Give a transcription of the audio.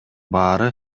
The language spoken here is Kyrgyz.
баары